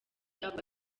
avuga